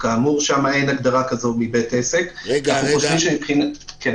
כולל ביקורות שאנחנו כגופים שמבקרים